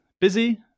Busy